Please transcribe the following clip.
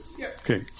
Okay